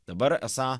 dabar esą